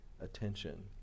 attention